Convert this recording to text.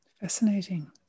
Fascinating